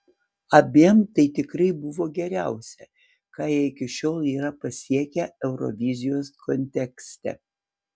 abiem tai tikrai buvo geriausia ką jie iki šiol yra pasiekę eurovizijos kontekste